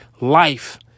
Life